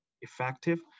effective